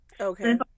Okay